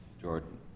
Jordan